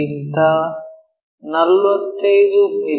ಗಿಂತ 45 ಮಿ